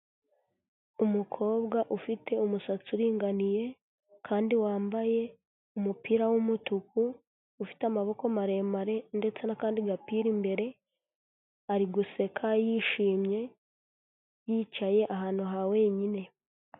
Umukobwa ufite umusatsi uringaniye, kandi wambaye umupira w'umutuku, ufite amaboko maremare, ndetse n'akandi gapira imbere, ari guseka yishimye, yicaye ahantu ha wenyine.